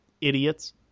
Idiots